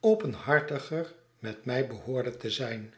openhartiger met mij behoorde te zijn